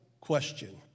question